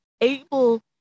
able